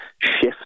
shift